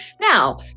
Now